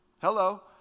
Hello